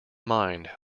mind